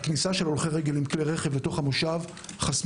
הכניסה של הולכי רגל עם כלי רכב בתוך המושב חסמה